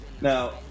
Now